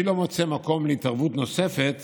אני לא מוצא מקום להתערבות נוספת